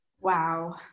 Wow